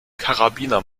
karabiner